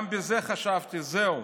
גם בזה חשבתי, זהו,